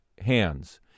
hands